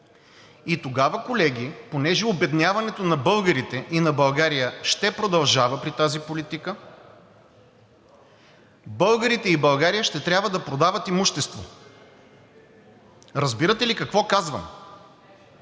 си потърси борчовете. Обедняването на българите и на България ще продължава при тази политика, а българите и България ще трябва да продават имущество. Разбирате ли какво казвам?